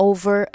Over